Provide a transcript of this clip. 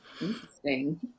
Interesting